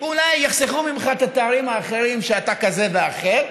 ואולי יחסכו ממך את התארים האחרים שאתה כזה ואחר,